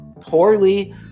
poorly